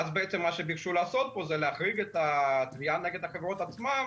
ואז בעצם מה שביקשו לעשות פה זה להחריג את התביעה נגד התביעות עצמן,